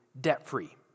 debt-free